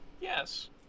Yes